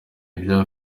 ibya